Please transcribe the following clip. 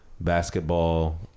basketball